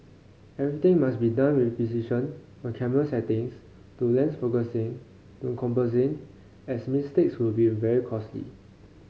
everything must be done with precision from camera settings to lens focusing to composing as mistakes will be very costly